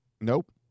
Nope